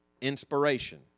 inspiration